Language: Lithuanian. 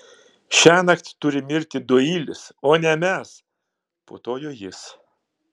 šiąnakt turi mirti doilis o ne mes putojo jis